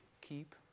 keep